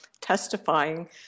testifying